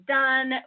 done